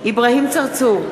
אברהים צרצור,